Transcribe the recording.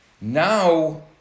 now